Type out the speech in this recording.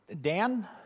Dan